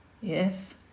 Yes